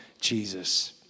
Jesus